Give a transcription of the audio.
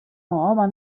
home